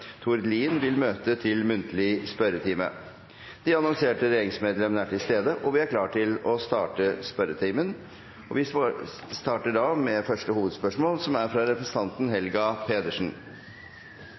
Tord Lien vil møte til muntlig spørretime. De annonserte statsrådene er til stede, og vi er klare til å starte den muntlige spørretimen. Vi starter med første hovedspørsmål, fra representanten